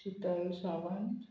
Shital Sawant